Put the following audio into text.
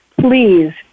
Please